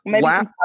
last